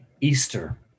Easter